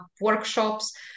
workshops